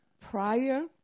Prior